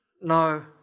No